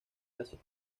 asia